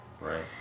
Right